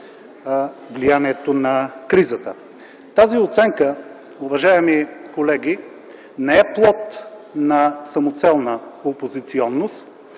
влиянието на кризата. Тази оценка, уважаеми колеги, не е плод на самоцелна опозиционност,